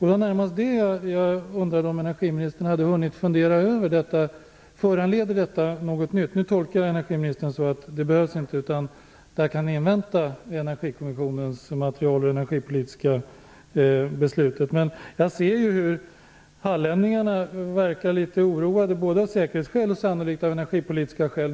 Det är närmast detta jag undrar om energiministern har hunnit fundera över. Föranleder detta något nytt? Nu tolkar jag energiministern så att det inte behövs, utan vi kan invänta Energikommissionens material och det energipolitiska beslutet. Men jag ser hur hallänningarna verkar litet oroade både av säkerhetsskäl och sannolikt också av energipolitiska skäl.